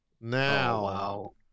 Now